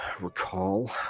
recall